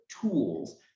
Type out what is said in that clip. tools